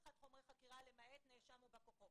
אחד חומרי חקירה למעט הנאשם ובא כוחו.